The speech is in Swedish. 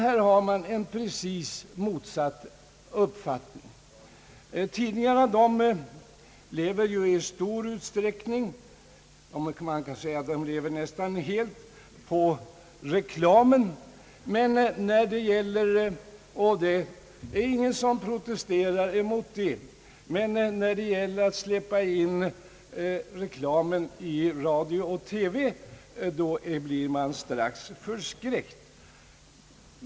Här har man alltså precis motsatt uppfattning. Tidningarna lever ju i stor utsträckning, man kan säga nästan helt, på reklamen och ingen protesterar mot det. När det däremot gäller att släppa in reklamen i radio och TV blir man genast förskräckt.